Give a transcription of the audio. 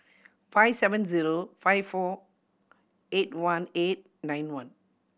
five seven zero five four eight one eight nine one